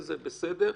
וזה בסדר,